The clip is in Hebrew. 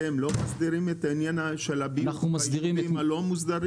אתם לא מסדירים את העניין של הביוב ביישובים הלא מוסדרים?